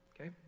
Okay